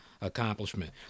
accomplishment